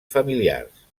familiars